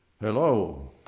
Hello